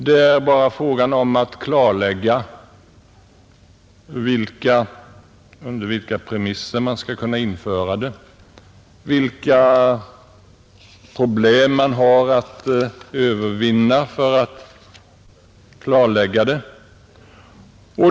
Det gäller bara att klarlägga under vilka premisser man skall kunna införa systemet och vilka problem man har att övervinna för att klarlägga det.